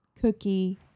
Cookie